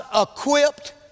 equipped